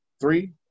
three